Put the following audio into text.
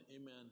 amen